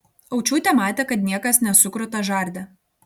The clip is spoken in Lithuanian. aučiūtė matė kad niekas nesukruta žarde